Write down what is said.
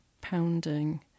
pounding